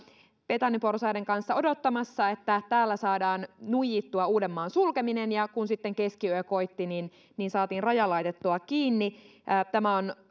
betoniporsaiden kanssa odottamassa että täällä saadaan nuijittua uudenmaan sulkeminen ja kun sitten keskiyö koitti niin niin saatiin raja laitettua kiinni tämä on